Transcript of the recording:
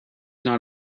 not